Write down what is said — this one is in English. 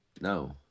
no